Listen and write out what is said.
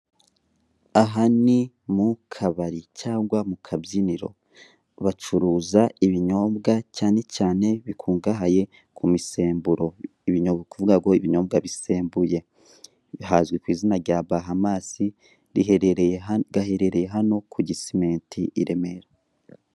Aha ni mu kabari cyangwa mu kabyiniro bacuruza ibinyobwa cyane cyane bikungahaye ku misemburo ni ukuvuga ngo ibinyobwa bisembuye, hazwi ku izina rya Bahamasi gaherereye hano ku Gisimenti i Remera